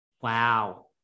wow